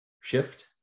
shift